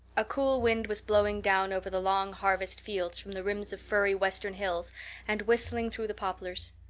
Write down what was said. a cool wind was blowing down over the long harvest fields from the rims of firry western hills and whistling through the poplars.